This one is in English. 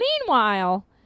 meanwhile